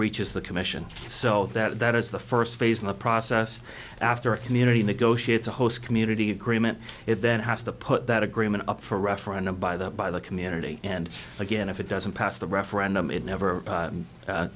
reaches the commission so that is the first phase in the process after a community negotiates a host community agreement it then has to put that agreement up for a referendum by the by the community and again if it doesn't pass the referendum it never